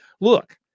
look